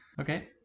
Okay